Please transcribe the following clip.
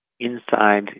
Inside